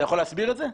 אתה יכול להסביר את זה?